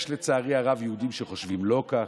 יש, לצערי הרב, יהודים שלא חושבים כך.